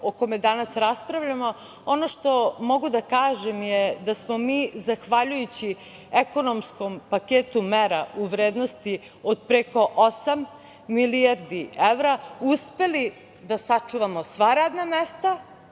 o kome danas raspravljamo, ono što mogu da kažem je da smo mi zahvaljujući ekonomskom paketu mera u vrednosti od preko osam milijardi evra uspeli da sačuvamo sva radna mesta,